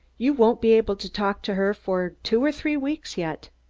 you won't be able to talk to her for two or three weeks yet.